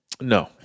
No